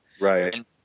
Right